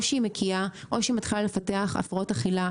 או שהיא מקיאה או שהיא מתחילה לפתח הפרעות אכילה,